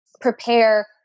prepare